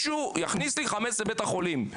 שמישהו יכניס חמץ לבית החולים,